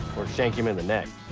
or shank him in the neck.